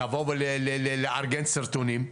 לבוא ולארגן סרטונים.